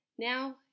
Now